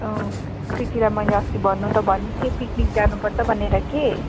कृतिलाई मैले अस्ति मैले भन्नु त भनेको थिएँ पिकनिक जानुपर्छ भनेर कि